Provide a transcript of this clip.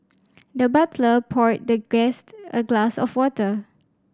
the butler poured the guest a glass of water